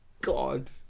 god